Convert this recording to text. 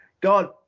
God